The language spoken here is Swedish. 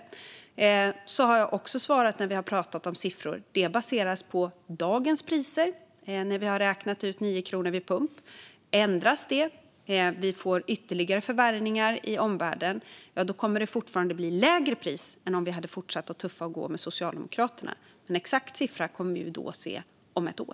Så har jag också svarat när vi har pratat om siffror, nämligen att när vi har räknat ut 9 kronor vid pump baseras det på dagens priser. Ändras det och det förvärras ytterligare i omvärlden, ja, då kommer det fortfarande att bli ett lägre pris än om vi hade fortsatt att tuffa på med Socialdemokraterna. Men en exakt siffra kommer vi att se om ett år.